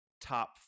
top